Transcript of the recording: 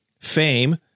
fame